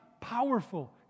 powerful